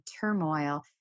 turmoil